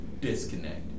disconnect